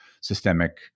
systemic